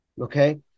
okay